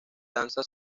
danza